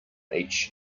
each